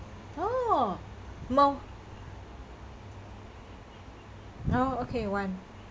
oh mo~ oh okay one